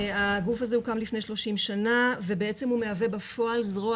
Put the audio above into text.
הגוף הזה הוקם לפני 30 שנה והוא מהווה בפועל את הזרוע